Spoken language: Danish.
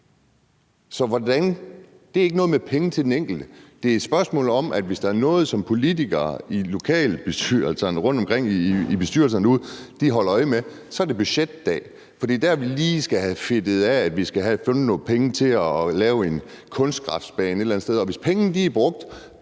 du tro. Det er ikke noget med penge til den enkelte. Det er et spørgsmål om, at hvis der er noget, som politikere i lokalbestyrelserne rundtomkring derude holder øje med, så er det budgetdag. For det er der, vi lige skal have afklaret, at vi skal have fundet nogle penge til at lave en kunstgræsbane et eller andet sted, og hvis pengene er brugt